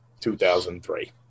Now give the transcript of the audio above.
2003